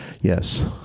Yes